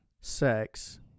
sex